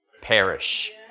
perish